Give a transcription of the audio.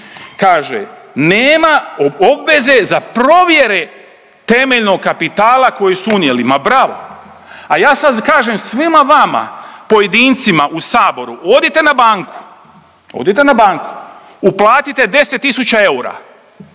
kaže, nema obveze za provjere temeljnog kapitala kojeg su unijeli. Ma bravo, a ja sad kažem svima vama, pojedincima u Saboru, odite na banku, odite na banku, uplatite 10 tisuća